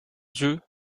dieu